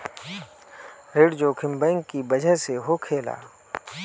ऋण जोखिम बैंक की बजह से होखेला